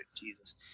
jesus